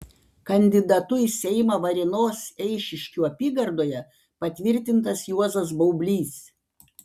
kandidatu į seimą varėnos eišiškių apygardoje patvirtintas juozas baublys